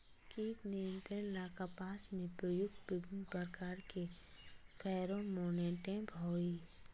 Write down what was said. कीट नियंत्रण ला कपास में प्रयुक्त विभिन्न प्रकार के फेरोमोनटैप होई?